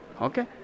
Okay